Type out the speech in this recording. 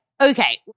okay